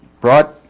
brought